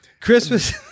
Christmas